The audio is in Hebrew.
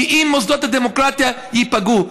כי אם מוסדות הדמוקרטיה ייפגעו,